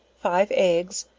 five eggs,